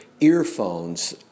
earphones